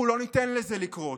אנחנו לא ניתן לזה לקרות.